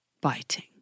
biting